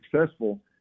successful